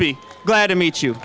be glad to meet you